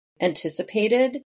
anticipated